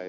etuutta hakea